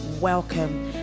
welcome